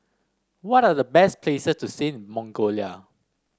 what are the best places to see in Mongolia